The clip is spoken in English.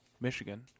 Michigan